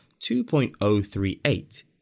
2.038